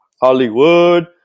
Hollywood